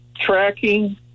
tracking